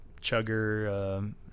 chugger